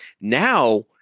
Now